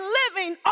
living